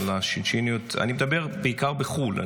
-- לשינשיניות, אני מדבר בעיקר על חו"ל.